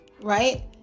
right